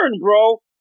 bro